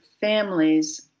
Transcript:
families